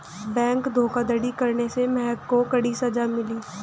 bank धोखाधड़ी करने पर महक को कड़ी सजा मिली